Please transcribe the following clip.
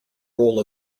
role